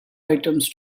items